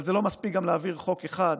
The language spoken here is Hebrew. אבל זה לא מספיק גם להעביר חוק אחד,